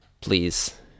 Please